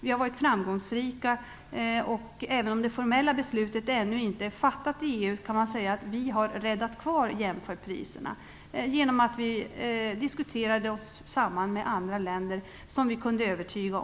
Vi har varit framgångsrika, och även om det formella beslutet i EU ännu inte är fattat, kan man säga att vi har räddat kvar jämförpriserna genom att vi har diskuterat oss samman med andra länder som vi har kunnat övertyga.